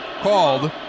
called